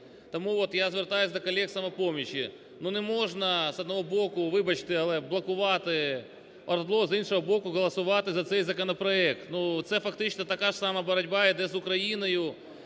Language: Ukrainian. Тому от я звертаюсь до колег з "Самопомочі", ну не можна з одного боку, вибачте, але блокувати ОРД/ЛО, а з іншого боку голосувати за цей законопроект, ну, це фактично така ж сама боротьба іде з Україною